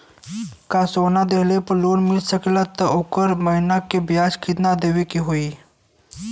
का सोना देले पे लोन मिल सकेला त ओकर महीना के ब्याज कितनादेवे के होई?